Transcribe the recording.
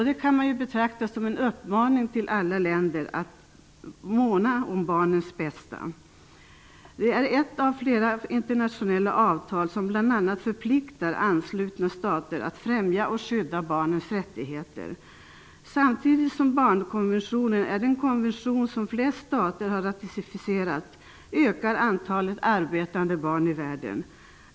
Den kan man betrakta som en uppmaning till alla länder att måna om barnens bästa. Det är ett av flera internationella avtal som bl.a. förpliktar anslutna stater att främja och skydda barnens rättigheter. Samtidigt som barnkonventionen är den konvention som flest stater har ratificerat ökar antalet arbetande barn i världen.